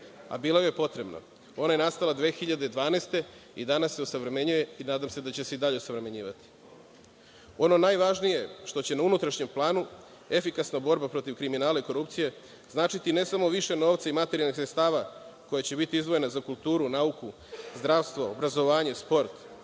a bila je potrebna. Ona je nastala 2012. godine i danas se osavremenjuje i nadam se da će se i dalje osavremenjivati. Ono najvažnije što će na unutrašnjem planu, efikasna borba protiv kriminala i korupcije, značiti ne samo više novca i materijalnih sredstava koji će biti izdvojeni za kulturu, nauku, zdravstvo, obrazovanje, sport,